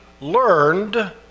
learned